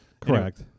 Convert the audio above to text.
Correct